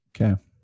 Okay